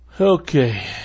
Okay